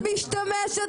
הישיבה ננעלה